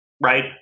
right